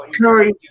Curry